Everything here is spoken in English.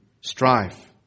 strife